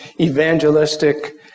evangelistic